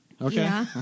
Okay